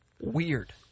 weird